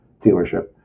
dealership